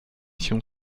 się